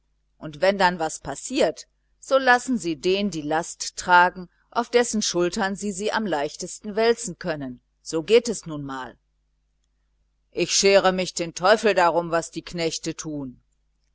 und wenn dann was passiert so lassen sie den die last tragen auf dessen schulter sie sie am leichtesten wälzen können so geht es nun mal ich schere mich den teufel darum was die knechte tun